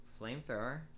flamethrower